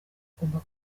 ugomba